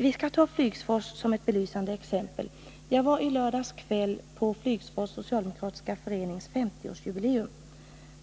Vi kan ta Flygsfors som ett belysande exempel. Jag var i lördags kväll på Flygsfors socialdemokratiska förenings 50-årsjubileum.